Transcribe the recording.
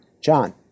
John